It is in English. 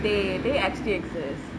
dey dey actually exists